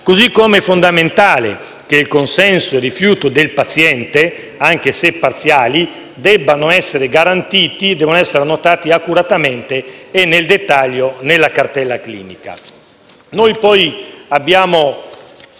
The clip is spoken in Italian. Così come è fondamentale che il consenso e il rifiuto del paziente, anche se parziali, debbano essere garantiti e essere annotati accuratamente e nel dettaglio della cartella clinica. Inoltre, rispetto